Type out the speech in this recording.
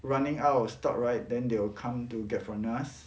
running out of stock right then they will come to get from the us